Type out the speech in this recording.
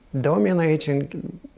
dominating